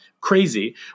crazy